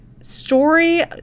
story